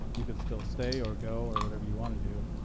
you can still stay or go or whatever you want to do.